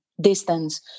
distance